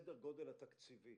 סדר הגודל התקציבי